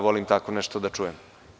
Volim tako nešto da čujem.